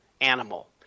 animal